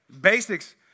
Basics